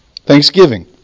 Thanksgiving